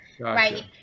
right